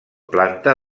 planta